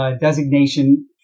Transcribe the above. designation